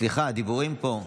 סליחה, הדיבורים פה,